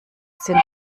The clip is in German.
sind